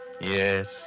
Yes